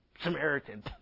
Samaritan